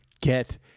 Get